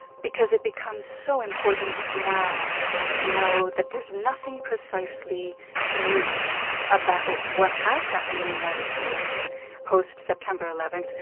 because it becomes so important now to know that there's nothing precisely new about what has happened in the united states post september eleven,